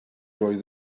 roedd